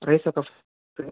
rice ఒక